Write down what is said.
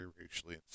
racially